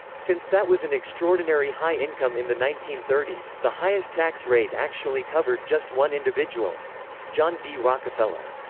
since that was an extraordinary high income in the nineteen thirty s, the highest tax rate actually covered just one individual john d. rockefeller.